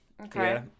Okay